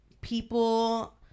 people